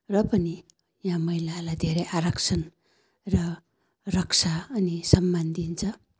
र पनि यहाँ महिलाहरूलाई धेरै आरक्षण र रक्षा अनि सम्मान दिन्छ